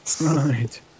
Right